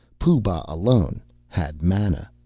pooh-bah alone had mana.